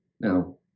Now